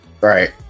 Right